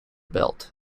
belt